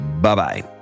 Bye-bye